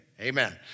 Amen